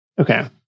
Okay